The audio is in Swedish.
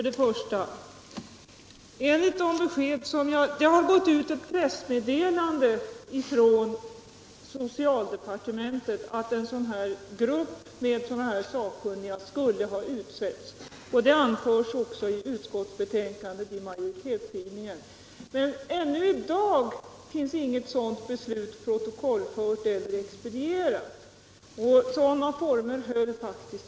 Herr talman! För det första: Det har gått ut ett pressmeddelande från socialdepartementet om att en grupp med sakkunniga skulle ha utsetts. Det anförs också i utskottets majoritetsskrivning. Nu har det gått mer än en månad sedan pressmeddelandet utsändes, men ännu finns inget sådant beslut protokollfört eller expedierat.